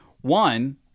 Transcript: One